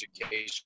education